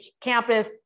campus